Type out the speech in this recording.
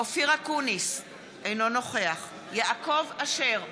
אופיר אקוניס, אינו נוכח יעקב אשר,